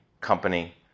company